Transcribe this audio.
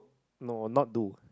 no not do